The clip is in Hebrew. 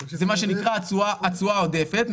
זה מה שנקרא התשואה העודפת,